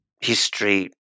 history